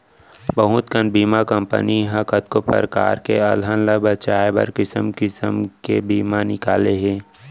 बहुत कन बीमा कंपनी ह कतको परकार के अलहन ल बचाए बर किसिम किसिम के बीमा निकाले हे